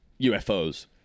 ufos